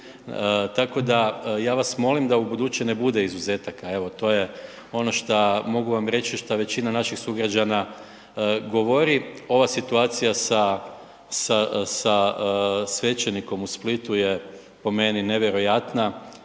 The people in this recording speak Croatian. Tako da ja vas molim da ubuduće ne bude izuzetaka, evo to je ono šta mogu vam reći što većina naših sugrađana govori, ova situacija sa svećenikom u Splitu je po meni nevjerojatna,